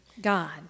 God